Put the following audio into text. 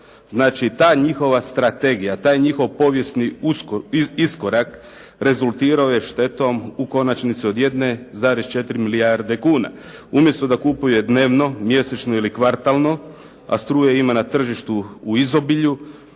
Znači ta njihova strategija, taj njihov povijesni iskorak, rezultirao je štetom u konačnici od 1,4 milijarde kuna. Umjesto da kupuje dnevno, mjesečno ili kvartalno, a struje ima na tržištu u izobilju